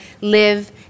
live